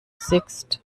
sixt